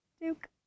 Duke